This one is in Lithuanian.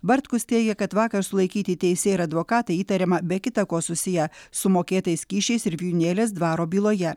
bartkus teigia kad vakar sulaikyti teisėjai ir advokatai įtariama be kita ko susiję su mokėtais kyšiais ir vijūnėlės dvaro byloje